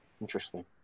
interesting